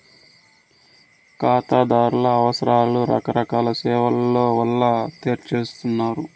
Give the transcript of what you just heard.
కాతాదార్ల అవసరాలు రకరకాల సేవల్ల వల్ల తెర్సొచ్చు